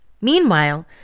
Meanwhile